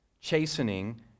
Chastening